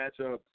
matchup